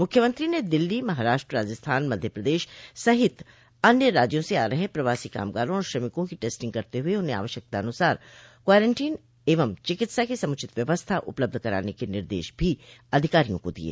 मुख्यमंत्री ने दिल्ली महाराष्ट्र राजस्थान मध्य प्रदेश सहित अन्य राज्यों से आ रहे प्रवासी कामगारों और श्रमिकों की टेस्टिंग करते हुए उन्हें आवश्यकतानुसार क्वारेंटीन एवं चिकित्सा की समूचित व्यवस्था उपलब्ध कराने के निर्देश भी अधिकारियों को दिये